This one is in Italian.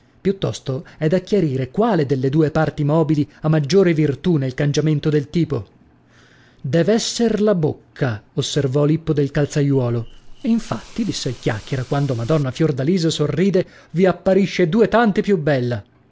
piuttosto è da chiarire quale delle due parti mobili ha maggiore virtù nel cangiamento del tipo dev'esser la bocca osservò lippo del calzaiuolo infatti disse il chiacchiera quando madonna fiordalisa sorride vi apparisce due tanti più bella